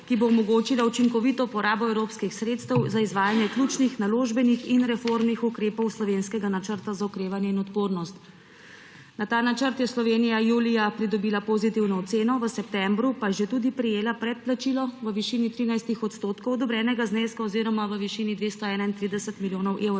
ki bo omogočila učinkovito porabo evropskih sredstev za izvajanje ključnih naložbenih in reformnih ukrepov slovenskega Načrta za okrevanje in odpornost. Na ta načrt je Slovenija julija pridobila pozitivno oceno, v septembru pa je že tudi prejela predplačilo v višini 13 odstotkov odobrenega zneska oziroma v višini 231 milijonov evrov.